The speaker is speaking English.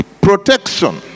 protection